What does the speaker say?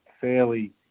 fairly